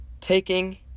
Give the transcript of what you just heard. Taking